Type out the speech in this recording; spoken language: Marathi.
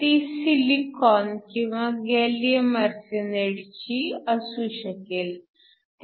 ती सिलिकॉन किंवा गॅलीअम आर्सेनाईडची असू शकेल